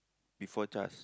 before C_H_A_S